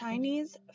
Chinese